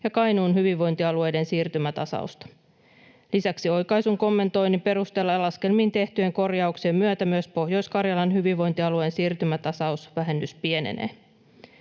ja Kainuun hyvinvointialueiden siirtymätasausta. Lisäksi oikaisun kommentoinnin perusteella ja laskelmiin tehtyjen korjauksien myötä myös Pohjois-Karjalan hyvinvointialueen siirtymätasausvähennys pienenee.